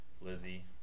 Lizzie